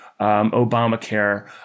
Obamacare